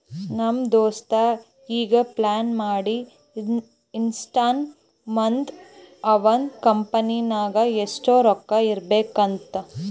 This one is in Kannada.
ನಮ್ ದೋಸ್ತ ಈಗೆ ಪ್ಲಾನ್ ಮಾಡಿ ಇಟ್ಟಾನ್ ಮುಂದ್ ಅವಂದ್ ಕಂಪನಿ ನಾಗ್ ಎಷ್ಟ ರೊಕ್ಕಾ ಇರ್ಬೇಕ್ ಅಂತ್